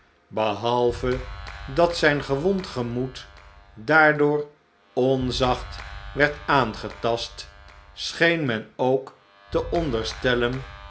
behalve dat zijn gewond gemoed daardoor onzacht werd aangetast scheen men ook te onderstellen